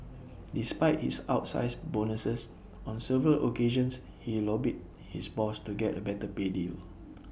despite his outsize bonuses on several occasions he lobbied his boss to get A better pay deal